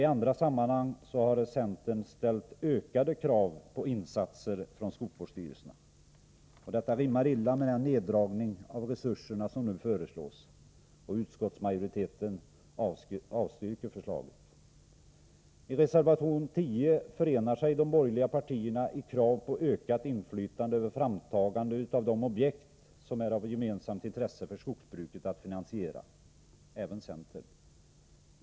I andra sammanhang har centern ställt krav på ökning av insatserna från skogsvårdsstyrelserna. Detta rimmar illa med den minskning av resurserna som nu föreslås, och utskottsmajoriteten avstyrker detta förslag. I reservation 10 förenar sig de borgerliga partierna — även centern — i krav på ökat inflytande över framtagande av de objekt som det är av gemensamt intresse för skogsbruket att finansiera.